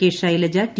K Shailaja T